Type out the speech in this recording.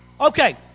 Okay